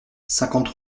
cinquante